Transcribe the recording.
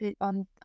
on